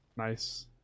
Nice